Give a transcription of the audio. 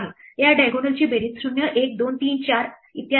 या diagonal ची बेरीज 0 1 2 3 4 इत्यादी आहेत